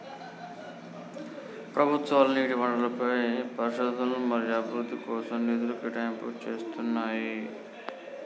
ప్రభుత్వాలు నీటి వనరులపై పరిశోధన మరియు అభివృద్ధి కోసం నిధుల కేటాయింపులు చేస్తున్నయ్యి